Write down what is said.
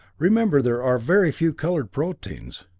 remember, there are very few colored proteins.